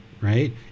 right